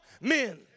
men